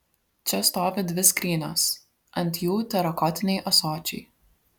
čia stovi dvi skrynios ant jų terakotiniai ąsočiai